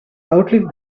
outlive